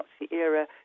Nazi-era